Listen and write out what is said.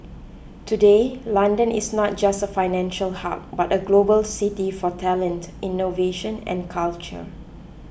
today London is not just a financial hub but a global city for talent innovation and culture